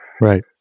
Right